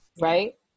right